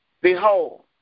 Behold